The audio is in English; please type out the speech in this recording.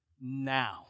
now